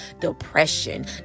depression